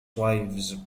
wives